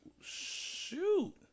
shoot